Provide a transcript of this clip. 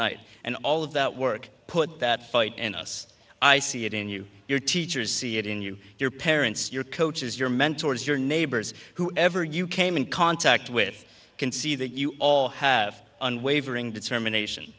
night and all of that work put that fight and us i see it in you your teachers see it in you your parents your coaches your mentors your neighbors who ever you came in contact with can see that you all have unwavering determination